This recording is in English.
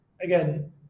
Again